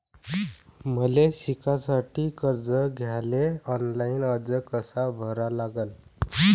मले शिकासाठी कर्ज घ्याले ऑनलाईन अर्ज कसा भरा लागन?